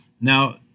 Now